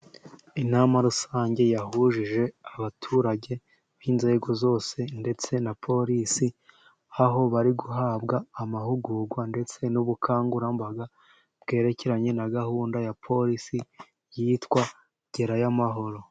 Inama rusange yahujije abaturage b'inzego zose ndetse na porisi, aho bari guhabwa amahugurwa ndetse n'ubukangurambaga bwerekeranye na gahunda ya polisi yitwageramahoro.